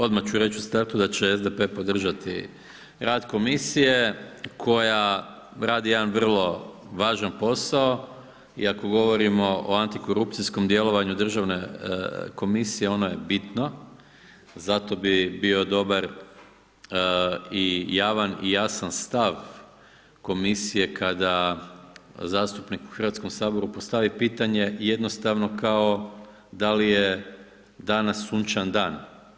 Odmah ću reći u startu da će SDP podržati rad Komisije koja radi jedan vrlo važan posao i ako govorimo o antikorupcijskom djelovanju Državne komisije, ona je bitno, zato bi bio dobar i javan i jasan stav Komisije, kada zastupnik u Hrvatskom saboru postavi pitanje, jednostavno kao da li je danas sunčan dan.